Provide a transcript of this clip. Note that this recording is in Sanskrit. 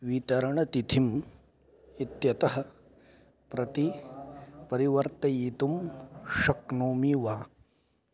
वितरणतिथिम् इत्यतः प्रति परिवर्तयितुं शक्नोमि वा